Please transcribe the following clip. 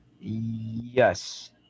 Yes